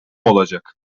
olacak